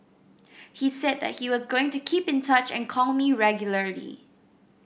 he said that he was going to keep in touch and call me regularly